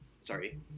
sorry